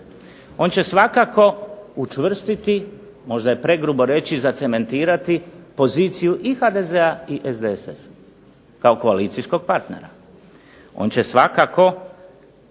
On će svakako učvrstiti možda je pregrubo reći zacementirati i poziciju HDZ-a i SDSS-a kao koalicijskog partnera, on će svakako povećati